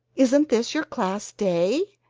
isn't this your class day?